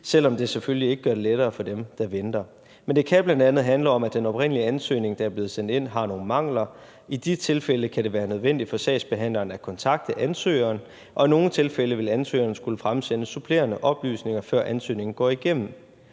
selv om det selvfølgelig ikke gør det lettere for dem, der venter. Men det kan bl.a. handle om, at den oprindelige ansøgning, der er blevet sendt ind, har nogle mangler. I disse tilfælde kan det være nødvendigt for sagsbehandleren at kontakte ansøgeren, og i nogle tilfælde vil ansøgeren skulle fremsende supplerende oplysninger, før ansøgningen går igennem.